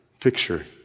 picture